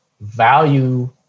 value